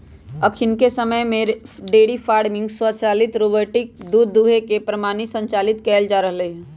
अखनिके समय में डेयरी फार्मिंग स्वचालित रोबोटिक दूध दूहे के प्रणाली संचालित कएल जा रहल हइ